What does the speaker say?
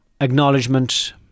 acknowledgement